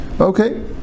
Okay